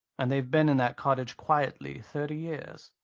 and they've been in that cottage quietly thirty years.